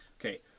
Okay